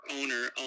owner